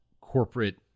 corporate